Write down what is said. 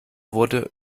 wurde